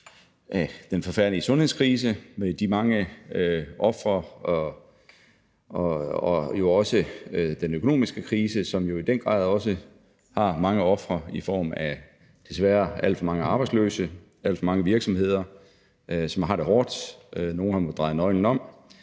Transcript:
af den forfærdelige sundhedskrise med de mange ofre, men også i forhold til den økonomiske krise, som jo i den grad også har mange ofre i form af desværre alt for mange arbejdsløse og alt for mange virksomheder, som har det hårdt, hvor nogle af dem har drejet nøglen om.